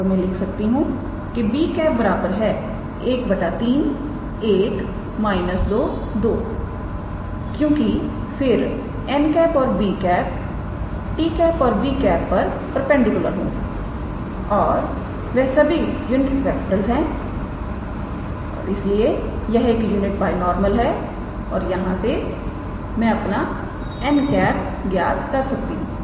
तो मैं लिख सकता हूं कि 𝑏̂ 1 3 1 −22 क्योंकि फिर 𝑛̂ और 𝑏̂ 𝑡̂ और 𝑏̂ पर परपेंडिकुलर होंगे और वह सभी यूनिट वेक्टर्स है और इसलिए यह एक यूनिट बायनॉर्मल है और यहां से मैं अपना 𝑛̂ ज्ञात कर सकता हूं